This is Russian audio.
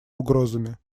угрозами